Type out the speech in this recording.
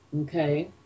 Okay